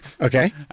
Okay